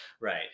Right